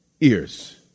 ears